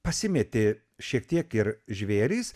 pasimetė šiek tiek ir žvėrys